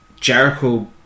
Jericho